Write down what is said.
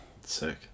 Sick